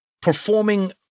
performing